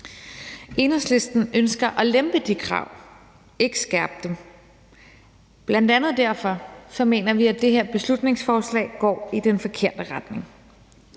Enhedslisten ønsker at lempe de krav, ikke skærpe dem. Bl.a. derfor mener vi, at det her beslutningsforslag går i den forkerte retning.